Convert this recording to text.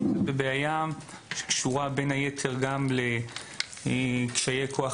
בבעיה שקשורה בין היתר גם לקשיי כוח